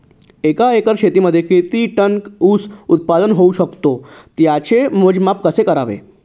एका एकर शेतीमध्ये किती टन ऊस उत्पादन होऊ शकतो? त्याचे मोजमाप कसे करावे?